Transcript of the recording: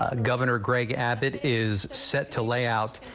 ah governor greg abbott is set to lay out.